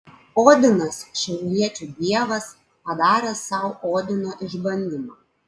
odinas šiauriečių dievas padaręs sau odino išbandymą